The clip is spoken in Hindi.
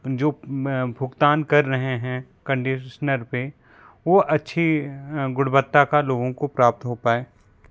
जो भुगतान कर रहे हैं कंडिशनर पे वो अच्छी गुणवत्ता का लोगों को प्राप्त हो पाए